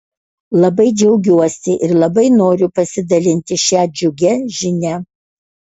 labai džiaugiuosi ir labai noriu pasidalinti šia džiugia žinia